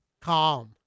Calm